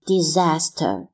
Disaster